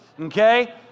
okay